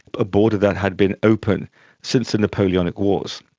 a border that had been opened since the napoleonic wars.